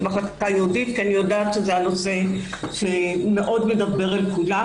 מחלקה ייעודית כי אני יודעת שזה נושא שמאוד מדבר אל כולם